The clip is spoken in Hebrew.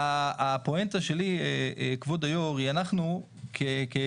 הפואנטה שלי כבור היו"ר היא אנחנו כמלונות,